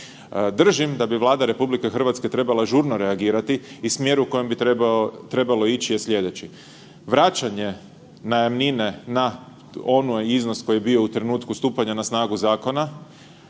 Držim da bi Vlada RH trebala žurno reagirati i smjer u kojem bi trebalo ići je slijedeći. Vraćanje najamnine na onaj iznos koji je bio u trenutku stupanja na snagu zakona,